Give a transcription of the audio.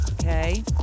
Okay